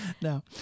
No